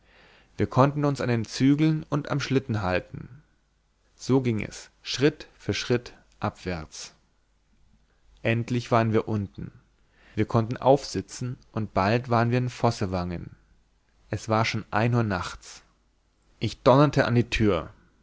wir konnten uns an den zügeln und am schlitten halten so ging es schritt für schritt abwärts endlich waren wir unten wir konnten aufsitzen und bald waren wir in vossevangen es war schon ein uhr nachts ich donnerte an die tür